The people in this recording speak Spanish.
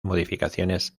modificaciones